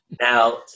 Now